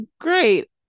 great